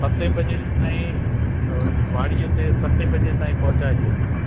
सते बजे ताईं त वाड़ीअ ते सते बजे ताईं पहुचाए छॾिजो